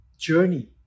journey